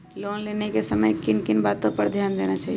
Loan लेने के समय किन किन वातो पर ध्यान देना चाहिए?